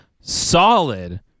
solid